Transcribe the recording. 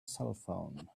cellphone